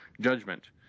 judgment